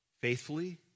faithfully